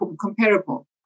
comparable